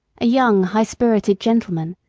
a young, high-spirited gentleman,